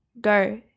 Go